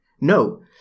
no